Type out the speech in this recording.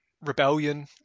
Rebellion